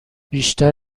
بیشتر